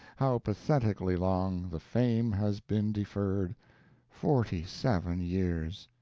how pathetically long, the fame has been deferred forty-seven years!